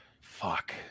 fuck